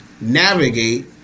navigate